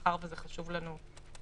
מאחר שזה חשוב לנו,